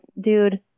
dude